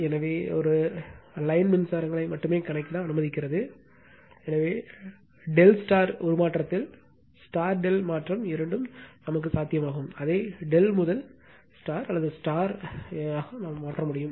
எனவே இது லைன் மின்சாரங்களை மட்டுமே கணக்கிட அனுமதிக்கிறது எனவே ∆ உருமாற்றத்தில் ∆ மாற்றம் இரண்டும் சாத்தியமாகும் அதை ∆ முதல் ஆக மாற்ற முடியும்